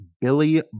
Billy